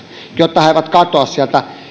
jotta he eivät katoa sieltä